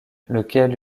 lequel